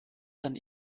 dann